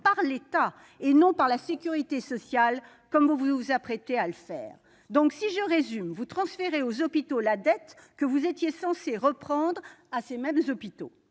par l'État et non par la sécurité sociale, comme vous vous apprêtez à le faire. Si je résume : vous transférez aux hôpitaux la dette que vous étiez censé reprendre à ces mêmes hôpitaux